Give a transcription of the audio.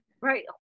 Right